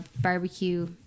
barbecue